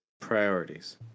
priorities